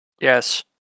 Yes